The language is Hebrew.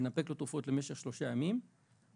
לנפק לו תרופות למשך שלושה ימים בחירום.